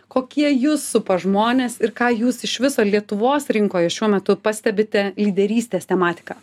kokie jus supa žmonės ir ką jūs iš viso lietuvos rinkoje šiuo metu pastebite lyderystės tematika